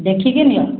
ଦେଖିକି ନିଅ